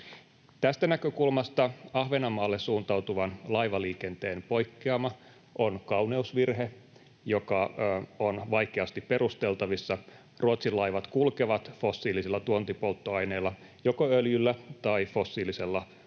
Tästä näkökulmasta Ahvenanmaalle suuntautuvan laivaliikenteen poikkeama on kauneusvirhe, joka on vaikeasti perusteltavissa. Ruotsinlaivat kulkevat fossiilisilla tuontipolttoaineilla, joko öljyllä tai fossiilisella